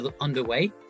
underway